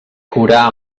curà